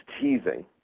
teasing